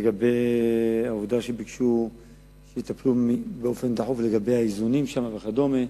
לגבי העובדה שהם ביקשו שיטפלו באופן דחוף באיזונים שם וכדומה.